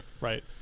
Right